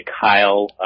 Kyle